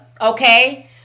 okay